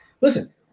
Listen